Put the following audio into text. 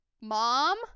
mom